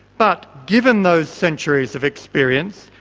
but given those centuries of experience,